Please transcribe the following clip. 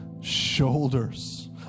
shoulders